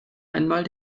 einmal